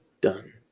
done